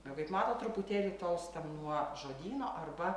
jau kaip matot truputėlį tolstam nuo žodyno arba